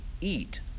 eat